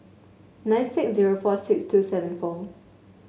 nine six zero four six two seven four